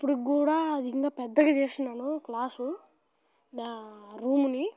ఇప్పటికి కూడా అది ఇంకా పెద్దగా చేస్తున్నాను క్లాసు నా రూముని